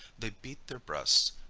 they beat their breasts,